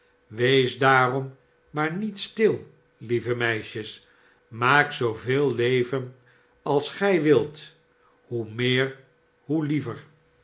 wees daarom maar niet stil lieve meisjes maal zooveel leven als gij wilt hoe meer hoe liever